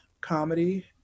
comedy